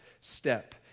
step